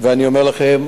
ואני אומר לכם,